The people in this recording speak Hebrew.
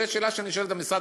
זו שאלה שאני שואל את המשרד,